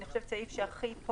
זה הסעיף שהעלה הכי הרבה